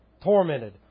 tormented